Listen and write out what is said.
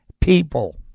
people